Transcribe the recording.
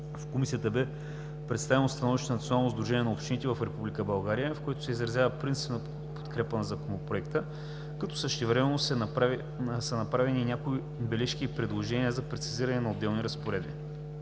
В Комисията бе представено становище на Националното сдружение на общините в Република България, в което се изразява принципна подкрепа на Законопроекта, като същевременно са направени и някои бележки и предложения за прецизиране на отделни разпоредби.